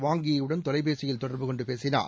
வாங் Yi யுடன் தொலைபேசியில் தொடர்பு கொண்டு பேசினார்